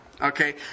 Okay